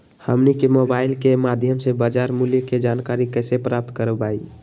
हमनी के मोबाइल के माध्यम से बाजार मूल्य के जानकारी कैसे प्राप्त करवाई?